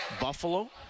Buffalo